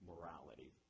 morality